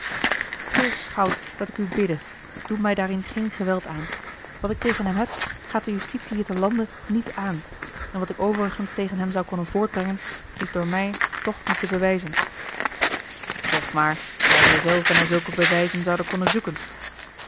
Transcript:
heer schout dat ik u bidde doe mij daarin geen geweld aan wat ik tegen hem heb gaat de justitie hier te lande niet aan en wat ik overigens tegen hem zou konnen voortbrengen is door mij toch niet te bewijzen zeg maar waar zij zelve naar zulke bewijzen zou konnen zoeken